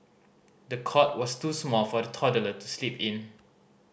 the cot was too small for the toddler to sleep in